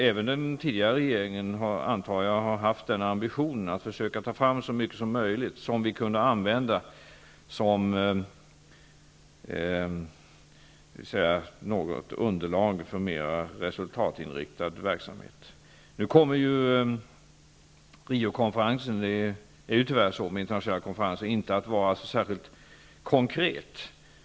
Även den tidigare regeringen har, antar jag, haft ambitionen att försöka ta fram så mycket som möjligt som vi kan använda som underlag för mera resultatinriktad verksamhet. Riokonferensen kommer nu inte att vara så särskilt konkret. Det är ju tyvärr så med internationella konferenser.